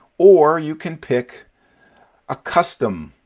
or you can pick a custom